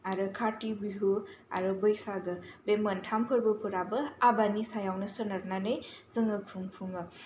आरो खाथि बिहु आरो बैसागो बे मोनथाम फोरबो फोराबो आबादनि सायावनो सोनारनानै जोङो खुंफुङो